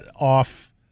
off